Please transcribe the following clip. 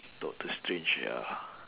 doctor strange ya